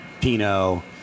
Pino